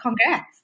congrats